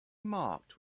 marked